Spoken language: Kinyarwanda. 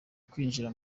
kwinjira